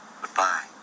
Goodbye